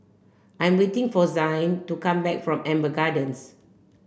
I'm waiting for Zayne to come back from Amber Gardens